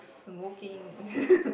smoking